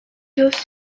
goes